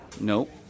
nope